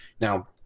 Now